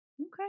Okay